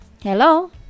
Hello